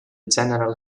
general